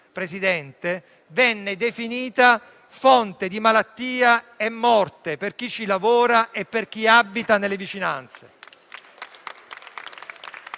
Presidente, venne definita fonte di malattia e morte per chi ci lavora e per chi abita nelle vicinanze!